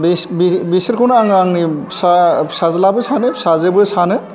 बिसोरखौनो आङो आंनि फिसाज्लाबो सानो फिसाजोबो सानो